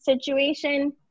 situation